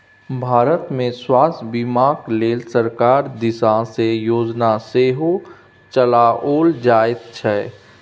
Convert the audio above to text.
भारतमे स्वास्थ्य बीमाक लेल सरकार दिससँ योजना सेहो चलाओल जाइत छै